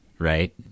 Right